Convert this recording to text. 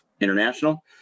International